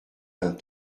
d’un